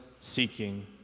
seeking